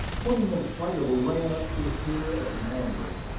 twenty minutes later we ran up to the pier at mandarin,